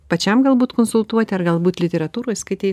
pačiam galbūt konsultuoti ar galbūt literatūroj skaitei